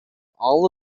all